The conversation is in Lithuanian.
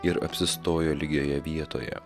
ir apsistojo lygioje vietoje